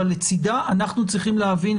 אבל לצדה אנחנו צריכים להבין,